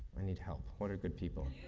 i need help. what are good people?